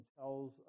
tells